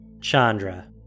Chandra